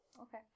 Okay